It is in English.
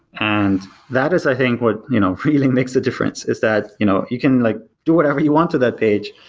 and that is i think what you know really makes a difference, is that you know you can like do whatever you want to that page,